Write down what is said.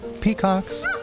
peacocks